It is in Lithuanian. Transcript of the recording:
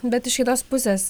bet iš kitos pusės